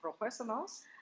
professionals